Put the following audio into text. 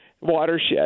watershed